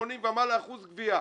70-80 אחוז ומעלה של גבייה.